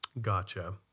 Gotcha